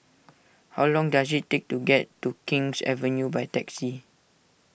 how long does it take to get to King's Avenue by taxi